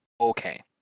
Okay